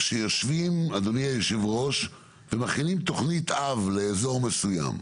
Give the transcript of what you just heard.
שיושבים ומכינים תכנית אב לאזור מסוים,